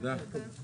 הישיבה נעולה.